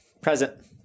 Present